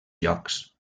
llocs